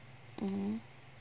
mmhmm